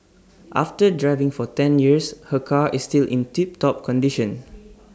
after driving for ten years her car is still in tip top condition